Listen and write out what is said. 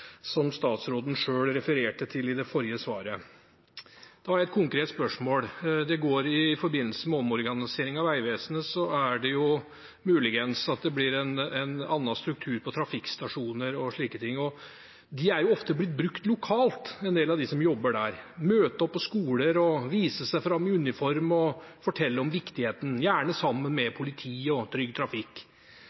som statsråden selv refererte til i det forrige svaret. Et konkret spørsmål: I forbindelse med omorganiseringen av Vegvesenet blir det muligens en annen struktur på trafikkstasjoner og slike ting. En del av dem som jobber der, har ofte blitt brukt lokalt, til å møte opp på skoler, vise seg fram i uniform og fortelle om viktigheten, gjerne sammen med politiet og Trygg Trafikk.